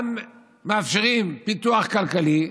הם גם מאפשרים פיתוח כלכלי,